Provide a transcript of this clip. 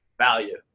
value